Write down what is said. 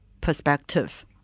perspective